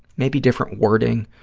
maybe different wording,